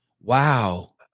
Wow